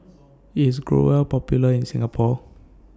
IS Growell Popular in Singapore